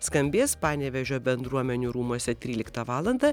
skambės panevėžio bendruomenių rūmuose tryliktą valandą